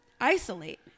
isolate